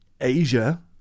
Asia